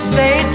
Stay